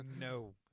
No